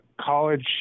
college